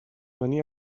venia